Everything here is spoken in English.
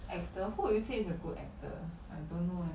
actor who will you say is a good actor I don't know eh